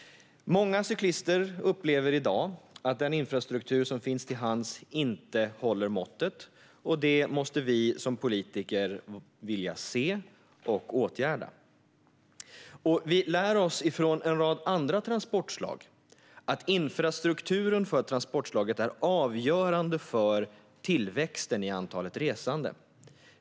Många cyklister upplever i dag att den infrastruktur som finns till hands inte håller måttet. Det måste vi som politiker vilja se och åtgärda. Vi lär oss från en rad andra transportslag att infrastrukturen för transportslaget är avgörande för tillväxten av antalet resande.